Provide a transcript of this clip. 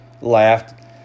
laughed